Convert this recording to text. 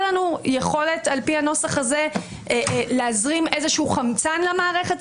לנו יכולת על פי הנוסח הזה להזרים חמצן למערכת?